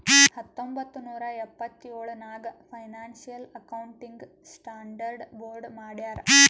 ಹತ್ತೊಂಬತ್ತ್ ನೂರಾ ಎಪ್ಪತ್ತೆಳ್ ನಾಗ್ ಫೈನಾನ್ಸಿಯಲ್ ಅಕೌಂಟಿಂಗ್ ಸ್ಟಾಂಡರ್ಡ್ ಬೋರ್ಡ್ ಮಾಡ್ಯಾರ್